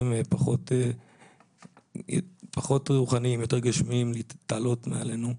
פחות רוחניים ויותר גשמיים להתעלות מעלינו,